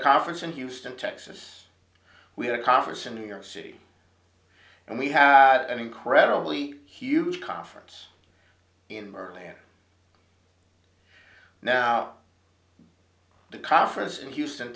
a conference in houston texas we had a conference in new york city and we had an incredibly huge conference in berkeley and now the conference in houston